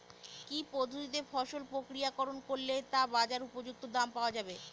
কি পদ্ধতিতে ফসল প্রক্রিয়াকরণ করলে তা বাজার উপযুক্ত দাম পাওয়া যাবে?